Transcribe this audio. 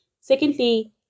Secondly